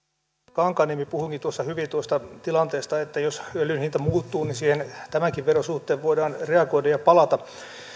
kankaanniemi puhuikin hyvin tuosta tilanteesta että jos öljyn hinta muuttuu niin siihen tämänkin veron suhteen voidaan reagoida ja palata